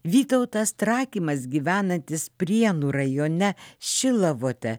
vytautas trakimas gyvenantis prienų rajone šilavote